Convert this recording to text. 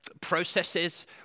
processes